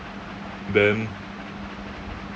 then